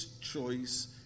choice